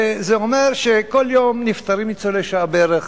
זה אומר שכל יום נפטרים ניצולי שואה, בערך,